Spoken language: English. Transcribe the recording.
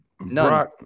None